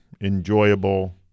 enjoyable